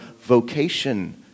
vocation